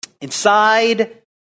Inside